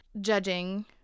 judging